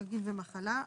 חגים ומחלה.